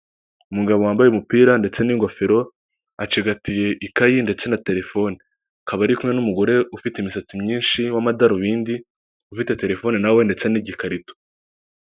Umugabo wambaye umupira ndetse n'ingofero, acigatiye ikayi ndetse na telefone, akaba ari kumwe n'umugore ufite imisatsi myinshi w'amadarubindi, ufite telefone nawe ndetse n'igikarito.